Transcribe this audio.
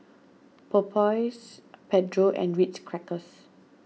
Popeyes Pedro and Ritz Crackers